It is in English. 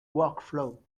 workflow